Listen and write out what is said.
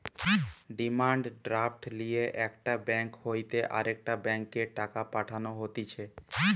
demand draft লিয়ে একটা bank হইতে আরেকটা ব্যাংকে টাকা পাঠানো হতিছে